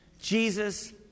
Jesus